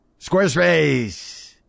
Squarespace